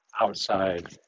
outside